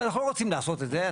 אנחנו לא רוצים לעשות את זה,